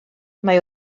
mae